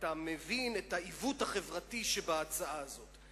אתה מבין את העיוות החברתי שבהצעה הזאת.